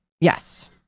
Yes